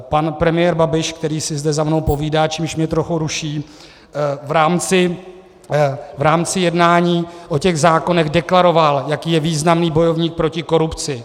Pan premiér Babiš který si zde za mnou povídá, čímž mě trochu ruší v rámci jednání o těch zákonech deklaroval, jaký je významný bojovník proti korupci.